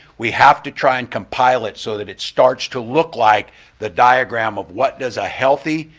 we have to try and compile it so that it starts to look like the diagram of what does a healthy,